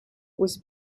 was